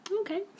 okay